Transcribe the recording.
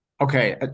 okay